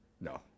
No